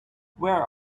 where